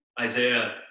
Isaiah